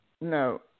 no